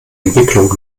entwicklung